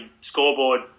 scoreboard